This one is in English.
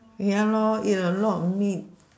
ya lor eat a lot of meat